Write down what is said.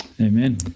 Amen